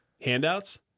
handouts